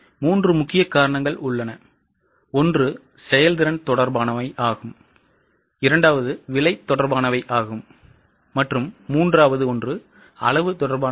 எனவே 3 முக்கிய காரணங்கள் உள்ளன செயல்திறன் தொடர்பானவை விலை தொடர்பானவை மற்றும் அளவுதொடர்பானவை